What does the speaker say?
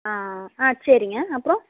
ஆ ஆ ஆ சரிங்க அப்புறம்